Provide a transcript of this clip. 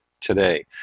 today